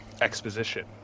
exposition